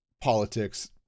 politics